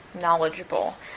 knowledgeable